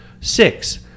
Six